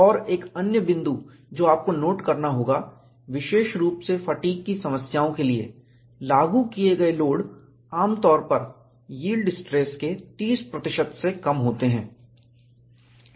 और एक अन्य बिंदु जो आपको नोट करना होगा विशेष रूप से फटीग की समस्याओं के लिए लागू किये गए लोड आमतौर पर यील्ड स्ट्रेस के 30 प्रतिशत से कम होते हैं